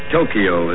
Tokyo